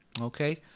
okay